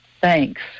Thanks